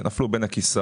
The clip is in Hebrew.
כאלה שנפלו בין הכיסאות,